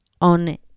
on